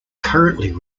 currently